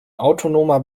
autonomer